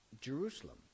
Jerusalem